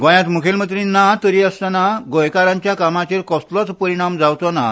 गोंयांत मुखेलमंत्री ना तरी आसतना गोंयकारांच्या कामाचर कसलोच परिणाम जावचो ना